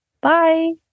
Bye